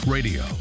Radio